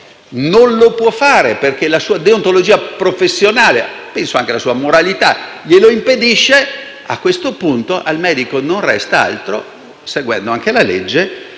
non lo può accettare perché la sua deontologia professionale, (penso anche la sua moralità) glielo impedisce. A questo punto al medico non resta altro, seguendo la legge,